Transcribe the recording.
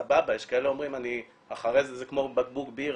סבבה, אומרים אחרי זה "זה כמו בקבוק בירה".